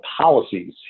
policies